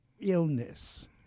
illness